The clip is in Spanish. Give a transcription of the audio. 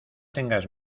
tengas